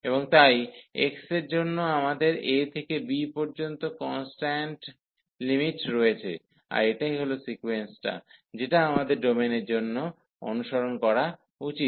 এবং তাই x এর জন্য আমাদের a থেকে b পর্যন্ত কন্সট্যান্ট লিমিট রয়েছে আর এটাই হল সিকোয়েন্সটা যেটা আমাদের ডোমেনের জন্য অনুসরণ করা উচিত